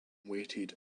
weighted